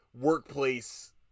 workplace